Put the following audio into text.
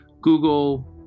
Google